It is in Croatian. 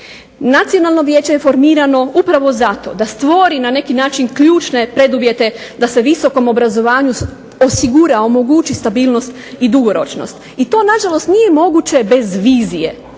Nacionalno vijeće je formirano upravo zato da stvori na neki način ključne preduvjete da se visokom obrazovanju osigura, omogući stabilnost i dugoročnost. I to nažalost nije moguće bez vizije,